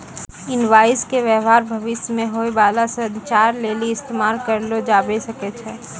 invoice के व्य्वहार भविष्य मे होय बाला संचार लेली इस्तेमाल करलो जाबै सकै छै